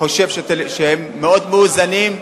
אני חושב שהם מאוד מאוזנים.